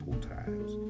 times